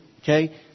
Okay